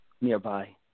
nearby